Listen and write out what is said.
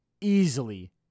easily